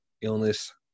illness